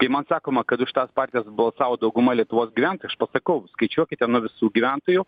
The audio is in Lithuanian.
kai man sakoma kad už tas partijas balsavo dauguma lietuvos gyventojų aš pasakau skaičiuokite nuo visų gyventojų